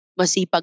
Masipag